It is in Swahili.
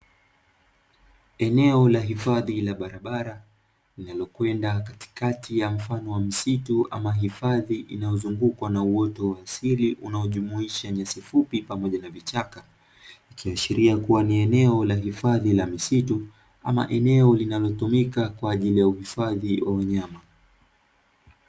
Eneo la hifadhi la barabara, linalokwenda katikati ya mfano wa msitu ama hifadhi inayozungukwa na uoto wa asili unaojumuisha nyasi fupi pamoja na vichaka, ikiashiria kuwa ni eneo hifadhi la misitu, ama eneo linalotumika kwa ajili ya uhifadhi wa wanyama.